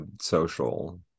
social